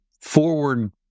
forward